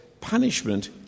punishment